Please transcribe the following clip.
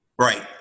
Right